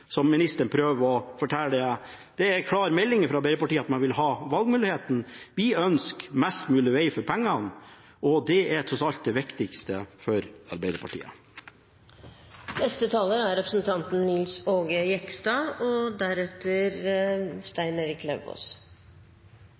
som ministeren prøver å komme med. Det er en klar melding fra Arbeiderpartiet at man vil ha valgmuligheten. Vi ønsker mest mulig veg for pengene, og det er tross alt det viktigste for Arbeiderpartiet. Klimakonsekvensene med flom og